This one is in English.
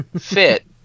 fit